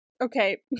Okay